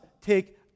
take